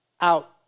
out